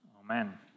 Amen